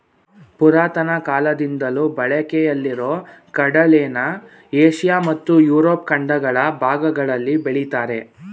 ಪುರಾತನ ಕಾಲದಿಂದಲೂ ಬಳಕೆಯಲ್ಲಿರೊ ಕಡಲೆನ ಏಷ್ಯ ಮತ್ತು ಯುರೋಪ್ ಖಂಡಗಳ ಭಾಗಗಳಲ್ಲಿ ಬೆಳಿತಾರೆ